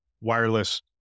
wireless